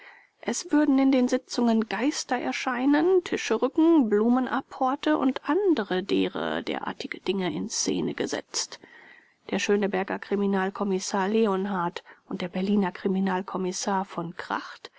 es würden in den sitzungen geistererscheinungen tischrücken blumenapporte und andere dere derartige dinge in szene gesetzt der schöneberger kriminalkommissar leonhardt und der berliner kriminalkommissar v kracht